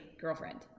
girlfriend